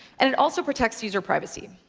and it also protects user privacy.